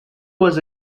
was